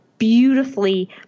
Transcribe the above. beautifully